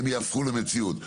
הן יהפכו למציאות,